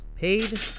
Paid